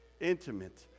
Intimate